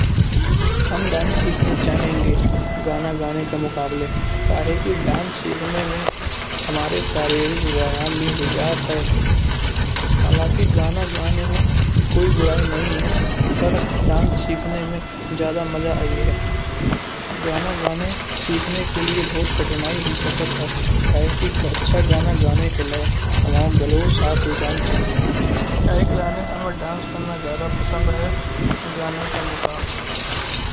हम डांस सिखना चाहेंगे गाना गाने का मुकाबला। कहे कि डांस सिखने में हमारे शारीरिक व्यायाम में हुई जात है। हालंकि गाना गाने में कोई बुराई नहीं है। पर डांस सिखने में ज्यादा मजा आई है। गाना गाने सिखाने के लिए बहुत कठिनाई हुई शकात है। काहे कि अच्छा गाना गाने के लिए हमारा गला साफ हो जानो चाहिए। इया के लाने हमें डांस करना ज्यादा पसंद है। गाने के मुकाबले।